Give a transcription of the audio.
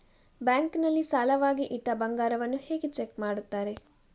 Bank ನಲ್ಲಿ ಸಾಲವಾಗಿ ಇಟ್ಟ ಬಂಗಾರವನ್ನು ಹೇಗೆ ಚೆಕ್ ಮಾಡುತ್ತಾರೆ?